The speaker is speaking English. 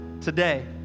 Today